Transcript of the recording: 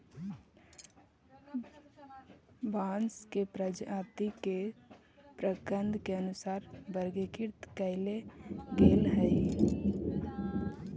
बांस के प्रजाती के प्रकन्द के अनुसार वर्गीकृत कईल गेले हई